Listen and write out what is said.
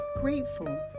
grateful